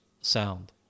sound